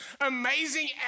amazing